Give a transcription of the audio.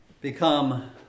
become